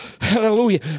Hallelujah